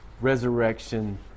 resurrection